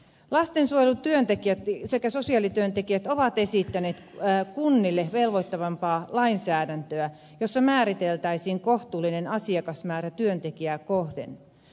lastensuojelutyöntekijät sekä sosiaalityöntekijät ovat esittäneet kunnille velvoittavampaa lainsäädäntöä jossa määriteltäisiin kohtuullinen asiakasmäärä työntekijää kohden